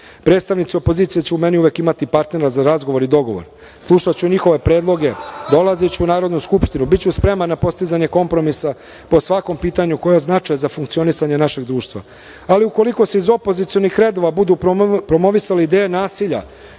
Predstavnici opozicije će u meni uvek imati partnera za razgovor i dogovor. Slušaću njihove predloge, dolaziću u Narodnu skupštinu, biću spreman na postizanje kompromisa po svakom pitanju koje je od značaja za funkcionisanje našeg društva. Ali, ukoliko se iz opozicionih redova budu promovisale ideje nasilja,